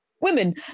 women